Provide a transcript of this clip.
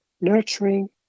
nurturing